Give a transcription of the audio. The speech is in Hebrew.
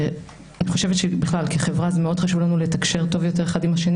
אני חושבת שבכלל כחברה מאוד חשוב לנו לתקשר טוב יותר אחד עם השני